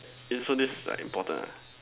in so this is like important ah